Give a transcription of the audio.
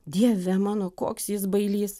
dieve mano koks jis bailys